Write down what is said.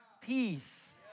peace